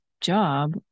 job